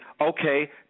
okay